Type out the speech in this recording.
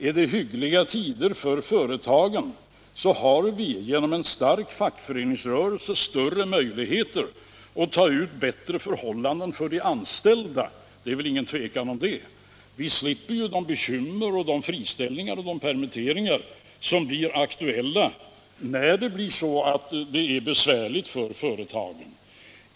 Är det hyggliga tider för företagen, så har vi genom en stark fackföreningsrörelse större möjligheter att åstadkomma bättre förhållanden för de anställda; det är väl inget tvivel om det. Vi slipper de bekymmer med friställningar och permitteringar som blir aktuella när det är besvärligt för företagen.